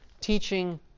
teaching